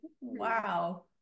Wow